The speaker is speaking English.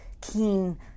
keen